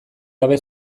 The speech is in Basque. gabe